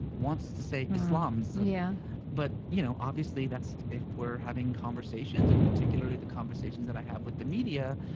wants to say islams. yeah but, you know, obviously that's if we're having conversations, and particularly the conversations that i have with the media,